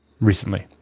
recently